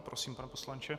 Prosím, pane poslanče.